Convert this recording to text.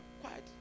quiet